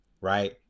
right